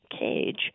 Cage